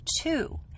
two